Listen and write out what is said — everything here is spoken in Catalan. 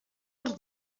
els